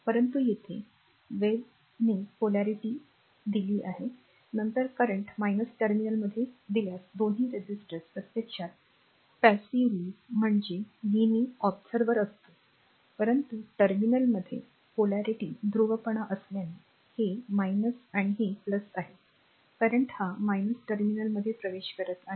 परंतु येथे wave ने polarity घेतला आहे नंतर current टर्मिनलमध्ये दिल्यास दोन्ही resistors प्रत्यक्षात पाळत असल्याचे दिसेल तो passively म्हणजे नेहमी observer असतो परंतु टर्मिनलमध्ये ध्रुवपणा असल्याने हे आहे आणि हे आहे current हा terminal प्रवेश करत आहे